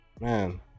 man